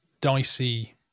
dicey